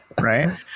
Right